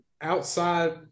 outside